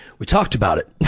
we talked about it.